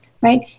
right